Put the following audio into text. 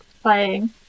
playing